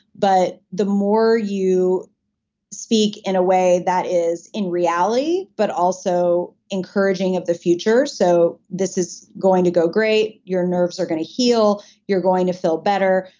but the more you speak in a way that is in reality but also encouraging of the future. so this is going to go great. your nerves are going to heal you're going to feel better.